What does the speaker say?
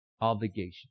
obligation